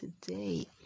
today